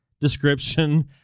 description